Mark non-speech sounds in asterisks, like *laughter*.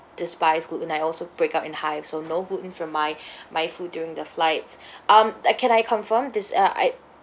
despise gluten I also break out in hives so no gluten for my *breath* my food during the flights *breath* um I can I confirm this uh I